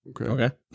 Okay